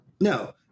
No